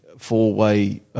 four-way